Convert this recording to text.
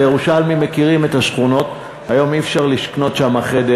הירושלמים מכירים את השכונות,